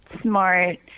smart